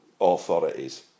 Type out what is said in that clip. authorities